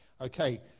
Okay